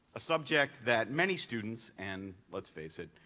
a subject that many students and, let's face it,